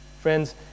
Friends